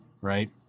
Right